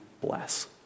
bless